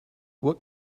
what